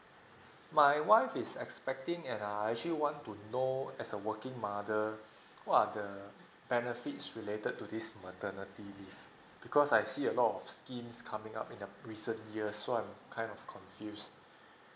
my wife is expecting and I actually want to know as a working mother what are the benefits related to this maternity leave because I see a lot of schemes coming up in the recent years so I'm kind of confused